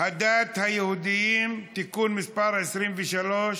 הדת היהודיים (תיקון מס' 23)